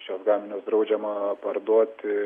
šiuos gaminius draudžiama parduoti